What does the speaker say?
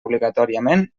obligatòriament